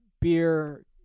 beer